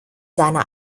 seine